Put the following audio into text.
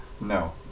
No